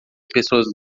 pessoas